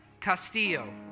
Castillo